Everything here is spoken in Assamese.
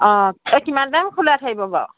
অঁ এই কিমান টাইম খোলা থাকিব বাৰু